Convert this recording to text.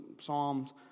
psalms